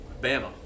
Bama